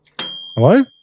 hello